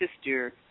sister